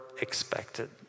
expected